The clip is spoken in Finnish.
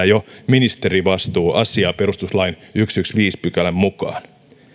jo ministerivastuuasiaa perustuslain sadannenviidennentoista pykälän mukaan